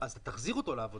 אז אתה תחזיר אותו לעבודה.